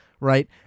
Right